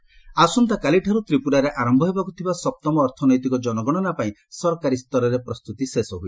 economic census ଆସନ୍ତାକାଲିଠାରୁ ତ୍ରିପୁରାରେ ଆରମ୍ଭ ହେବାକୁ ଥିବା ସପ୍ତମ ଅର୍ଥନୈତିକ ଜନଗଣନାପାଇଁ ସରକାରୀ ସ୍ତରରେ ପ୍ରସ୍ତୁତି ଶେଷ ହୋଇଛି